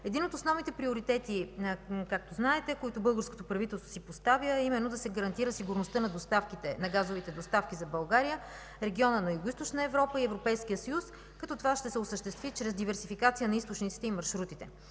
Един от основните приоритети, както знаете, които българското правителство си поставя, е да се гарантира сигурността на газовите доставки за България, в региона на Югоизточна Европа и Европейския съюз, като това ще се осъществи чрез диверсификация на източниците и маршрутите.